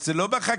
זה לא בחקיקה,